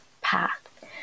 path